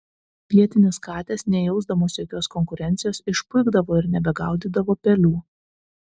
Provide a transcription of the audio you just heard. vietinės katės nejausdamos jokios konkurencijos išpuikdavo ir nebegaudydavo pelių